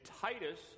Titus